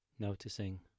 Noticing